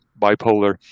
bipolar